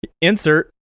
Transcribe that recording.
insert